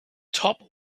top